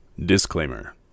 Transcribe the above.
Disclaimer